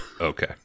okay